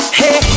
hey